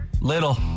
little